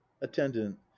attendant